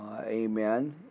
Amen